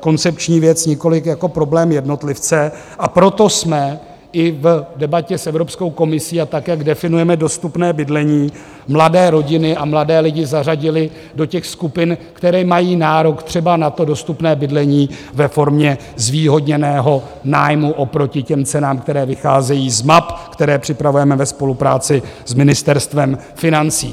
koncepční věc, nikoliv jako problém jednotlivce, a proto jsme i v debatě s Evropskou komisí a tak, jak definujeme dostupné bydlení, mladé rodiny a mladé lidi zařadili do těch skupin, které mají nárok třeba na to dostupné bydlení ve formě zvýhodněného nájmu oproti těm cenám, které vycházejí z map, které připravujeme ve spolupráci s Ministerstvem financí.